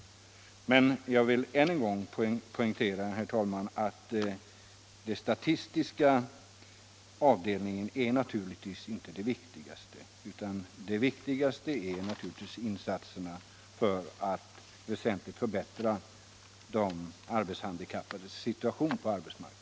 Men jag vill ännu en gång poängtera, herr talman, att den statistiska avdelningen inte är det viktigaste. Det viktigaste är naturligtvis insatserna för att väsentligt förbättra de arbetshandikappades situation på arbetsmarknaden.